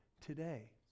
today